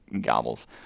gobbles